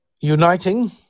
uniting